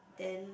then